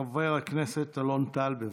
חבר הכנסת אלון טל, בבקשה.